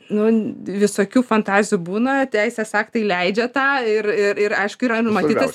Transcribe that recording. nu visokių fantazijų būna teisės aktai leidžia tą ir ir aišku yra numatytas